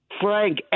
Frank